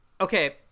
Okay